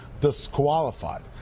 disqualified